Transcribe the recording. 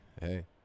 hey